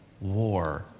war